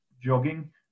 jogging